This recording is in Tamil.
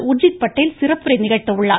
உர்ஜித் பட்டேல் சிறப்புரை நிகழ்த்த உள்ளார்